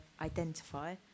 identify